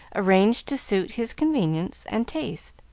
arranged to suit his convenience and taste.